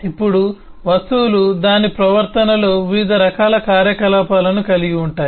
ఇప్పుడు వస్తువులు దాని ప్రవర్తనలో వివిధ రకాల కార్యకలాపాలను కలిగి ఉంటాయి